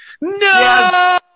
No